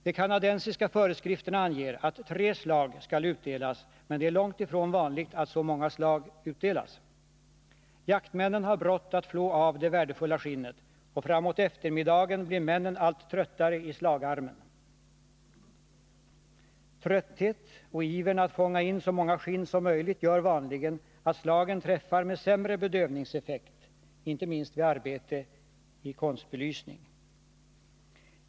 De kanadensiska föreskrifterna anger att tre slag skall utdelas, men det är långt ifrån vanligt att så många slag utdelas. Jaktmännen har brått att flå av det värdefulla skinnet, och framåt eftermiddagen blir männen allt tröttare i slagarmen. Trötthet och ivern att fånga in så många skinn som möjligt gör vanligen att slagen träffar med sämre bedövningseffekt — inte minst vid arbete i konstbelysning.